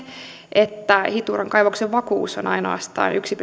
että hituran kaivoksen vakuus on ainoastaan yksi